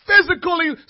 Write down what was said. physically